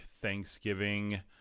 thanksgiving